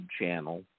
channel